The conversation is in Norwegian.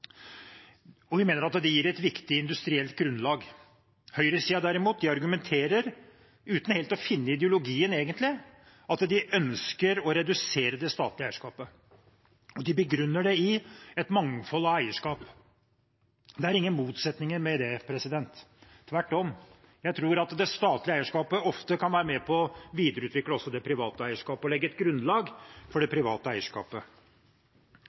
vi mener at det gir et viktig industrielt grunnlag. Høyresiden, derimot, argumenterer – uten helt å finne ideologien, egentlig – for at de ønsker å redusere det statlige eierskapet. De begrunner det i et mangfold av eierskap. Men det er ingen motsetning her. Tvert om tror jeg at det statlige eierskapet ofte kan være med på å videreutvikle også det private eierskapet eller legge et grunnlag for det private eierskapet.